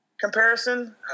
Comparison